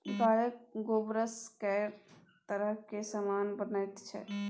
गायक गोबरसँ कैक तरहक समान बनैत छै